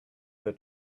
her